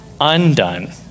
undone